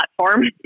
platform